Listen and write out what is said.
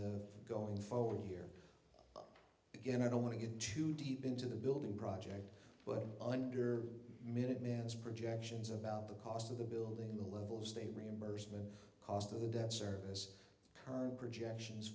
the going forward here again i don't want to get too deep into the building project but under minute man's projections about the cost of the building the level of state reimbursement cost of the debt service current projections